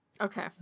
okay